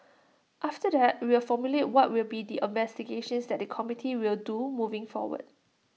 after that we will formulate what will be the investigations that the committee will do moving forward